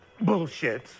Bullshit